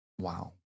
Wow